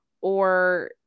or-